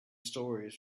stories